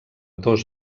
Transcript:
dos